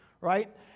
right